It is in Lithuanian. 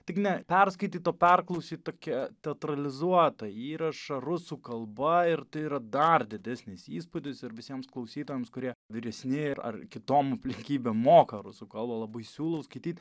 tik ne perskaityt o perklausyt tokią teatralizuotą įrašą rusų kalba ir tai yra dar didesnis įspūdis ir visiems klausytojams kurie vyresni ar kitom aplinkybėm moka rusų kalba labai siūlau skaityti